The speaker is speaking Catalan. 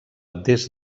des